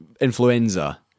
influenza